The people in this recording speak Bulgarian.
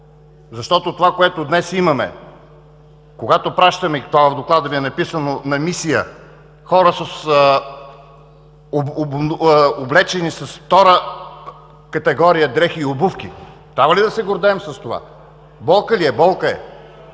Защото това, което днес имаме, когато пращаме – и това в Доклада Ви е написано, хора на мисия, облечени с втора категория дрехи и обувки, трябва ли да се гордеем с това!? Болка ли е? Болка е!